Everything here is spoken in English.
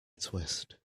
twist